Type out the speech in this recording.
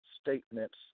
statements